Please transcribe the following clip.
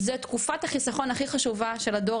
זו תקופת החיסכון הכי חשובה של הדור